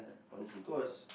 of course